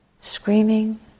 screaming